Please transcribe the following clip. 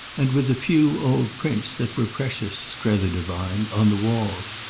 and with a few old prints that were precious, strether divined, on the walls.